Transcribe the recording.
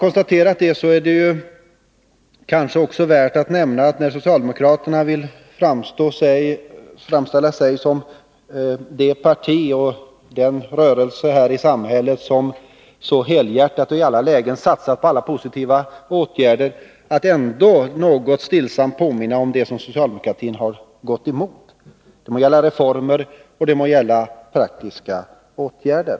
När socialdemokraterna vill framställa sig som det parti och den rörelse här i samhället som helhjärtat och i alla lägen satsar på positiva åtgärder kan det kanske ändå vara värt att stillsamt påminna om det som socialdemokratin har gått emot — det må gälla reformer eller praktiska åtgärder.